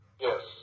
Yes